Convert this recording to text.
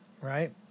Right